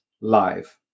Live